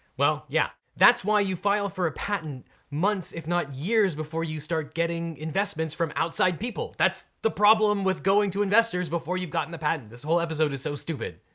well yeah, that's why you file for a patent months if not years before you start getting investments from outside people, that's the problem with going to investors before you've gotten the patent. this whole episode is so stupid.